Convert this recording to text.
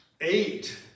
eight